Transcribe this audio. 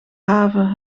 haven